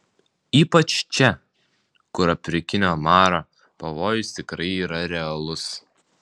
ypač čia kur afrikinio maro pavojus tikrai yra realus